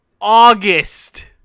August